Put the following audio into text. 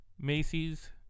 Macy's